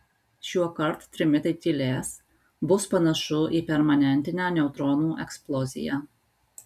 šiuokart trimitai tylės bus panašu į permanentinę neutronų eksploziją